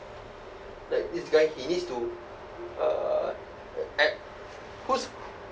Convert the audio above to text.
like this guy he needs to uh act who's